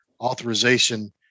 authorization